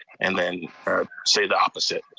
and then say the opposite.